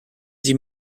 sie